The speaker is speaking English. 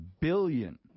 billion